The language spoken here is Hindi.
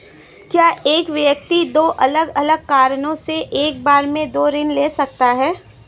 क्या एक व्यक्ति दो अलग अलग कारणों से एक बार में दो ऋण ले सकता है?